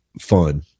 fun